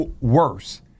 Worse